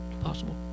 possible